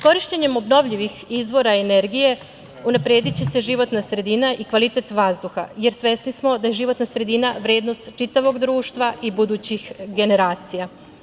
Korišćenjem obnovljivih izvora energije, unaprediće se životna sredina i kvalitet vazduha, jer svesni smo da životna sredina, vrednost čitavog društva i budućih generacija.